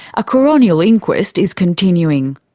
a coronial inquest is continuing.